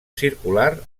circular